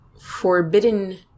forbidden